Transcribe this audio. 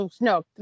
No